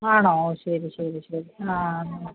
ആണോ ശരി ശരി ശരി ആ നിങ്ങൾ